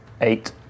eight